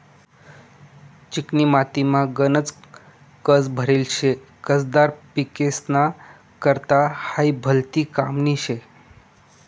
चिकनी मातीमा गनज कस भरेल शे, कसदार पिकेस्ना करता हायी भलती कामनी शे